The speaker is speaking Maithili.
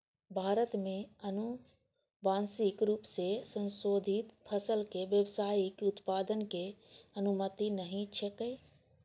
भारत मे आनुवांशिक रूप सं संशोधित फसल के व्यावसायिक उत्पादनक अनुमति नहि छैक